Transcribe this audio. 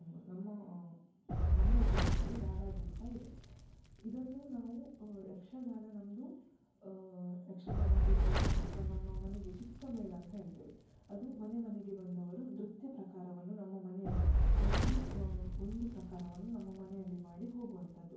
ನಮ್ಮ ನಮ್ಮ ಜಿಲ್ಲೆಯಲ್ಲಿ ರಾರಾಜಿಸ್ತಾ ಇದೆ ಇದನ್ನು ನಾವು ಯಕ್ಷಗಾನ ನಮ್ಮದು ಯಕ್ಷಗಾನ ಆಗಿರ್ಬೋದು ಅಥವಾ ನಮ್ಮ ಮನೆಗೆ ಚಿಕ್ಕ ಮೇಳ ಅಂತ ಹೇಳ್ತೇವೆ ಅದು ಮನೆ ಮನೆಗೆ ಬಂದು ಅವರು ನೃತ್ಯ ಪ್ರಕಾರವನ್ನು ನಮ್ಮ ಮನೆಯಲ್ಲಿ ಒಂದು ಒಂದು ಪ್ರಕಾರವನ್ನು ನಮ್ಮ ಮನೆಯಲ್ಲಿ ಮಾಡಿ ಹೋಗುವಂತದ್ದು